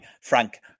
Frank